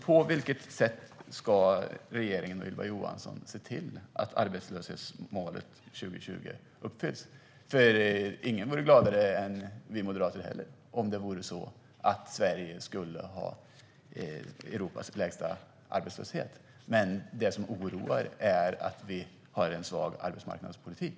På vilket sätt ska regeringen och Ylva Johansson se till att arbetslöshetsmålet 2020 uppfylls? Ingen vore gladare än vi moderater om Sverige skulle ha Europas lägsta arbetslöshet. Men det som oroar är att det förs en svag arbetsmarknadspolitik.